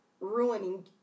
ruining